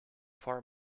far